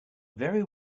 very